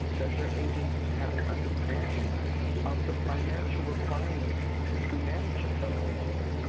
does your agency have an understanding of the financial requirements to manage a federal award?